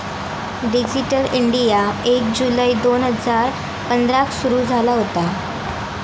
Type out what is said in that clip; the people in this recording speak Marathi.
डीजीटल इंडीया एक जुलै दोन हजार पंधराक सुरू झाला होता